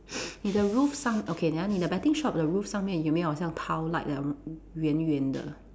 你的 roof 上 okay 你 ah 你的 betting shop the roof 上面有没有好像 light 的圆圆的